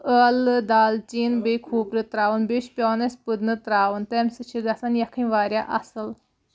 ٲلہٕ دالچیٖن بیٚیہِ کھوٗپرٕ تراوُن بیٚیہِ چھُ پیوان اَسہِ پٔدنہٕ تراوُن تَمہِ سۭتۍ چھِ گژھن یخنی واریاہ اَصٕل